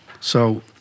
So-